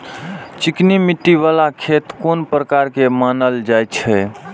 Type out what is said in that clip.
चिकनी मिट्टी बाला खेत कोन प्रकार के मानल जाय छै?